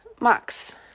Max